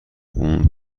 اون